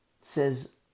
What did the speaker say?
says